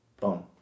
Boom